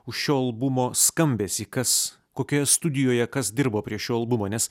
už šio albumo skambesį kas kokioje studijoje kas dirbo prie šio albumo nes